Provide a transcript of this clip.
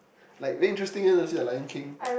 like very interesting leh to see the Lion-King